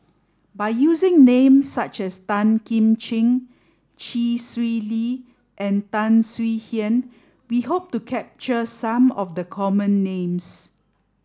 by using names such as Tan Kim Ching Chee Swee Lee and Tan Swie Hian we hope to capture some of the common names